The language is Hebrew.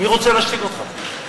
מי רוצה להשתיק אותך?